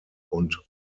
und